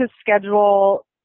schedule